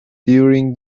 during